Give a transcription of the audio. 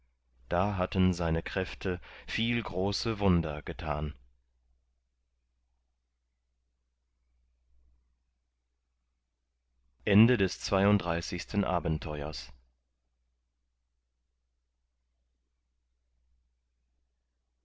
da hatten seine kräfte viel große wunder getan dreiunddreißigstes abenteuer